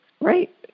right